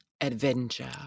Adventure